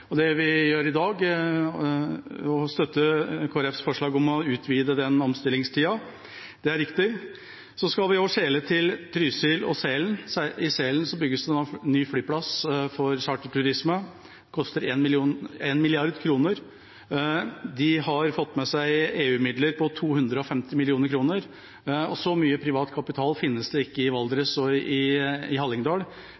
det. Det vi gjør i dag, er å støtte Kristelig Folkepartis forslag om å utvide den omstillingstida – det er riktig. Så skal vi også skjele til Trysil og Sälen. I Sälen bygges det nå ny flyplass for charterturisme, som koster 1 mrd. kr. De har fått med seg EU-midler på 250 mill. kr, og så mye privat kapital finnes det ikke i